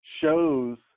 shows